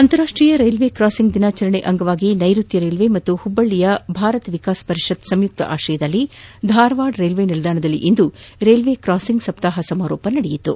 ಅಂತಾರಾಷ್ಟ್ರೀಯ railway crossing ದಿನಾಚರಣೆ ಅಂಗವಾಗಿ ನೈಋತ್ಯ ರೈಲ್ವೆ ಮತ್ತು ಹುಬ್ಬಳ್ಳಿಯ ಭಾರತ ವಿಕಾಸ ಪರಿಷತ್ ಸಂಯುಕ್ತ ಆಶ್ರಯದಲ್ಲಿ ಧಾರವಾದ ರೈಲ್ವೆ ನಿಲ್ದಾಣದಲ್ಲಿ ಇಂದು ರೈಲ್ವೆ ಕ್ರಾಸಿಂಗ್ ಸಪ್ತಾಹ ಸಮಾರೋಪ ನಡೆಯಿತು